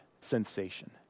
sensation